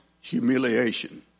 humiliation